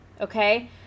okay